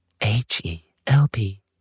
H-E-L-P